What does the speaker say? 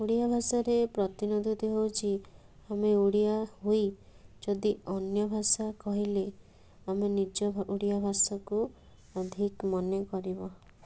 ଓଡ଼ିଆଭାଷାରେ ପ୍ରତିନିଧିତ୍ୱ ହେଉଛି ଆମେ ଓଡ଼ିଆ ହୋଇ ଯଦି ଅନ୍ୟଭାଷା କହିଲେ ଆମେ ନିଜ ଓଡ଼ିଆଭାଷାକୁ ଧିକ୍ ମନେକରିବ